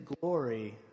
glory